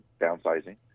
downsizing